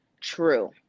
true